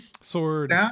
Sword